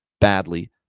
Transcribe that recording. badly